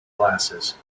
glasses